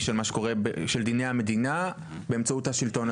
של דיני המדינה באמצעות השלטון הצבאי.